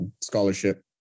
scholarship